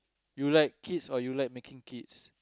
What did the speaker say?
you like kids or you like making kids